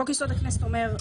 חוק יסוד: הכנסת אומר: